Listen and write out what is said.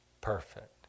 perfect